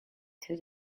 two